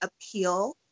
appeal